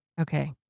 Okay